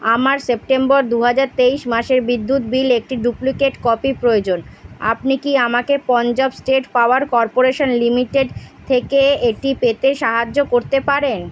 আমার সেপ্টেম্বর দু হাজার তেইশ মাসের বিদ্যুৎ বিল একটি ডুপ্লিকেট কপি প্রয়োজন আপনি কি আমাকে Punjab state power corporation limited থেকে এটি পেতে সাহায্য করতে পারেন